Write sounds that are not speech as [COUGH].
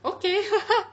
okay [LAUGHS]